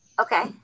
okay